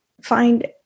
find